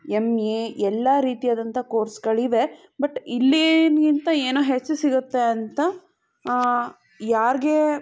M A ಎಲ್ಲ ರೀತಿಯಾದಂಥ ಕೋರ್ಸ್ಗಳಿವೆ ಬಟ್ ಇಲ್ಲಿಗಿಂತ ಏನೋ ಹೆಚ್ಚು ಸಿಗುತ್ತೆ ಅಂತ ಯಾರಿಗೆ